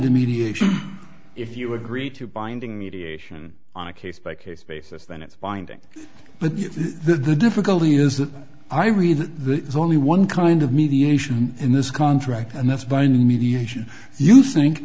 of mediation if you agree to binding mediation on a case by case basis then it's binding but the difficulty is that i read that there's only one kind of mediation in this contract and that's binding mediation you think